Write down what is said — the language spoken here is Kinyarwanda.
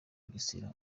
bugesera